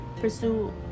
pursue